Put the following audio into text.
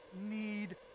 need